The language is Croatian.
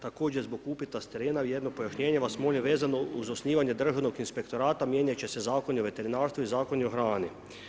Također zbog upita s terena, jedno pojašnjenje vas molim, vezano uz osnivanje Državnog inspektorata, mijenjat će se Zakon o veterinarstvu i Zakon o hrani.